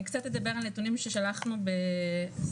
אני קצת אדבר על נתונים ששלחנו ב 22